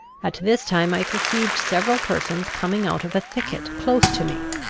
at this time i perceived several persons coming out of a thicket close to me.